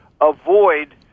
avoid